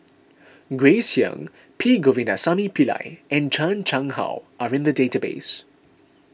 Grace Young P Govindasamy Pillai and Chan Chang How are in the database